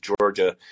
Georgia